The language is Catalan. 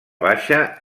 baixa